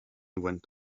went